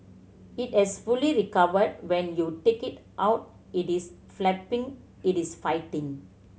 it has fully recovered when you take it out it is flapping it is fighting